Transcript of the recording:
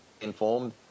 informed